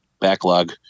backlog